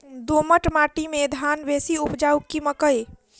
दोमट माटि मे धान बेसी उपजाउ की मकई?